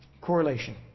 correlation